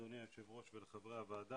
אדוני היושב ראש ולחברי הוועדה,